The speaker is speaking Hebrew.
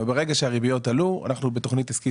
וברגע שהריביות עלו אנחנו בתוכנית עסקית